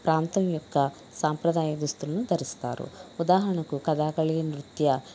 ప్రాంతం యొక్క సాంప్రదాయ దుస్తులను దరిస్తారు ఉదాహరణకు కథాకలి నృత్య